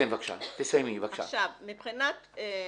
מבחינת השיוכים,